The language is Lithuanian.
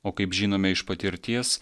o kaip žinome iš patirties